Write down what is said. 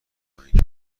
بااینکه